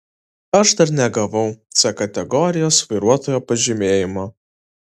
aš dar negavau c kategorijos vairuotojo pažymėjimo